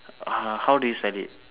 uh how do you spell it